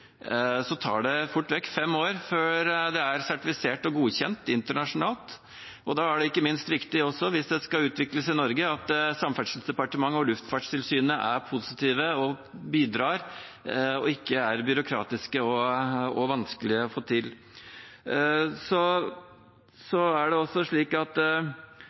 tar det fort vekk fem år før det er sertifisert og godkjent internasjonalt. Da er det ikke minst viktig, hvis det skal utvikles i Norge, at Samferdselsdepartementet og Luftfartstilsynet er positive og bidrar og ikke er byråkratiske og gjør det vanskelig å få til. Det er også slik at